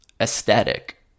aesthetic